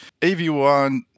AV1